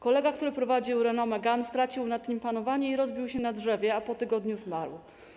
Kolega, który prowadził Renault Megane, stracił nad nim panowanie i rozbił się na drzewie, a po tygodniu zmarł.